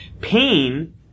Pain